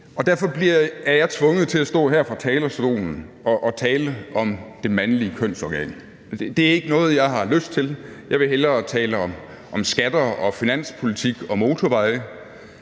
derfor er jeg tvunget til at stå her på talerstolen og tale om det mandlige kønsorgan. Det er ikke noget, jeg har lyst til – jeg vil hellere tale om skatter og finanspolitik og motorveje